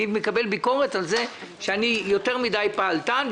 אני מקבל ביקורת על זה שאני יותר מדיי פעלתן,